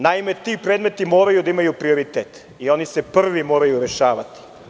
Naime, ti predmeti moraju da imaju prioritet i oni se prvi moraju rešavati.